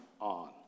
on